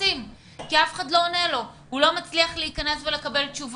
אבל אני מזמינה אותך לעיר תל אביב כדי לראות